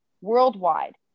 worldwide